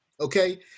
Okay